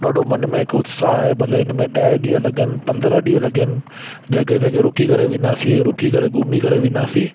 ॾाढो मन में हिकु उत्साह आहे भले इन में ॾह ॾींहं लॻनि पंद्रहं ॾींहं लॻनि जॻहि जॻहि रुकी करे वेंदासीं रुकी करे घुमी करे वेंदासीं